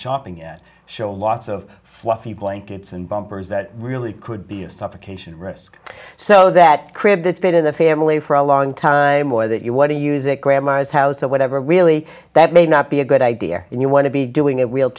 shopping at show lots of fluffy blankets and bumpers that really could be a suffocation risk so that crib that's been to the family for a long time or that you what do use it grandma's house or whatever really that may not be a good idea and you want to be doing it we'll